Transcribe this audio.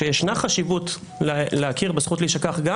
שישנה חשיבות להכיר בזכות להישכח גם